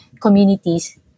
communities